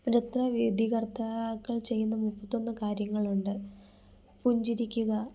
നൃത്ത വിധികർത്താക്കൾ ചെയ്യുന്ന മുപ്പത്തൊന്ന് കാര്യങ്ങളുണ്ട് പുഞ്ചിരിക്കുക